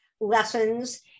lessons